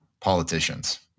politicians